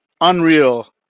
unreal